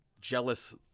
jealous